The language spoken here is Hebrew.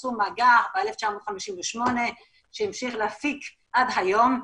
מצאו מאגר ב-1958 שהמשיך להפיק עד היום,